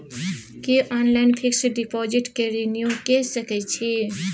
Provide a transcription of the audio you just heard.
की online fix deposit के renew के सकै छी?